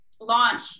launch